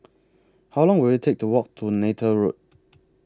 How Long Will IT Take to Walk to Neythal Road